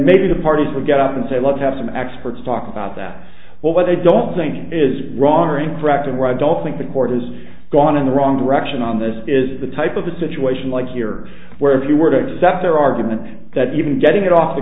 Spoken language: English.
maybe the parties will get up and say let's have some experts talk about that well they don't think it is wrong or incorrect and where i don't think the court has gone in the wrong direction on this is the type of a situation like here where if you were to accept their argument that even getting it off the